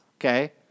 Okay